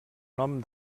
nom